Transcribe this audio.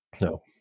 No